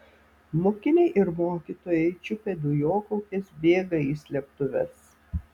mokiniai ir mokytojai čiupę dujokaukes bėga į slėptuves